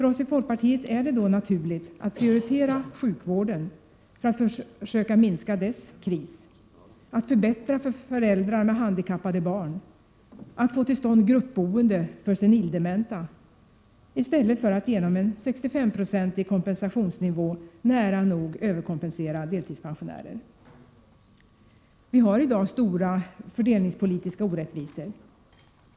Vi VaE folkpartiet är det då naturligt att prioritera sjukvården, för att försöka minska dess kris, förbättra för föräldrar med handikappade barn och få till stånd gruppboende för senildementa — i stället för att genom en 65-procentig kompensationsnivå nära nog överkompensera deltidspensionärerna. Vi har i dag stora fördelningspolitiska orättvisor.